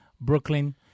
Brooklyn